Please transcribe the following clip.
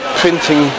printing